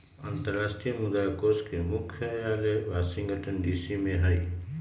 अंतरराष्ट्रीय मुद्रा कोष के मुख्यालय वाशिंगटन डीसी में हइ